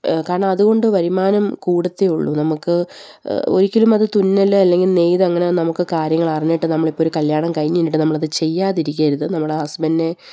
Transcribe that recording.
കാരണം അതുകൊണ്ട് വരുമാനം കൂടുകയെയുള്ളൂ നമുക്കൊരിക്കലും അത് തുന്നല് അല്ലെങ്കിൽ നെയ്ത്ത് അങ്ങനെ നമുക്ക് കാര്യങ്ങള് അറിഞ്ഞിട്ട് നമ്മളിപ്പോള് ഒരു കല്യാണം കഴിഞ്ഞിട്ട് നമ്മളത് ചെയ്യാതിരിക്കരുത് നമ്മുടെ ഹസ്ബൻഡിനെ